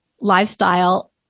lifestyle